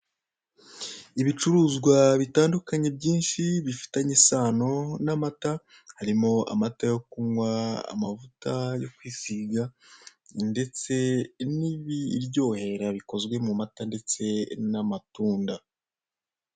Ibicuruzwa bitandukanye byinshi bifitanye isano n'amata harimo amata yo kunkwa amavuta yo kwisiga ndetse n'ibiryohera bikozwe mumata ndetse n'amatunda.